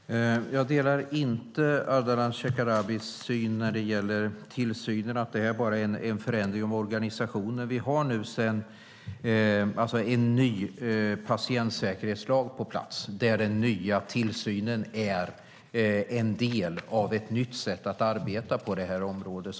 Fru talman! Jag delar inte Ardalan Shekarabis syn när det gäller tillsynen och att detta bara är en förändring av organisationen. Vi har en ny patientsäkerhetslag på plats som innebär ett nytt sätt att arbeta på det här området.